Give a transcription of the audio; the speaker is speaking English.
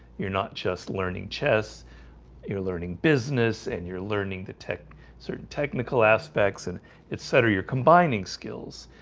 you're not just learning chess you're learning business and you're learning the tech certain technical aspects and etc you're combining skills.